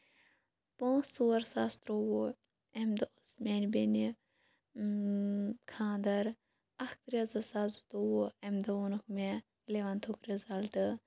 پانٛژھ ژور زٕساس ترٛوُہ اَمہِ دۄہ اوس میانہِ بیٚیہِ اۭں خانٛدر اکھ ترٛےٚ زٕساس زٕتووُہ اَمہ دۄہ ووٚنُکھ مےٚ اِلیونتھُک رِزلٹ